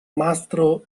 mastro